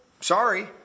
sorry